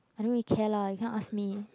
I know we care lah you can't ask me